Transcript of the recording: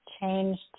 changed